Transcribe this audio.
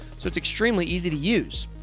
so it's extremely easy to use.